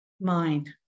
mind